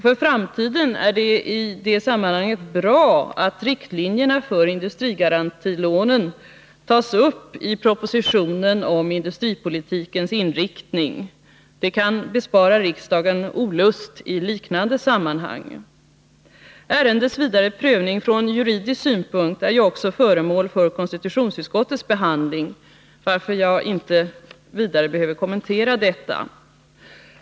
För framtiden är det i sammanhanget bra att riktlinjerna för industrigarantilånen tas upp i Nr 116 propositionen om industripolitikens inriktning. Det kan bespara riksdagen Torsdagen den olust i liknande sammanhang. Ärendets vidare prövning från juridisk 9 april 1980 synpunkt är ju också föremål för konstitutionsutskottets behandling, varför jag inte vidare skall kommentera detta.